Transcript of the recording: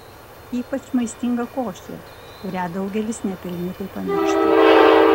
ypač maistinga košė kurią daugelis nepelnytai pamiršta